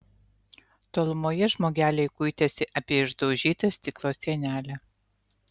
tolumoje žmogeliai kuitėsi apie išdaužytą stiklo sienelę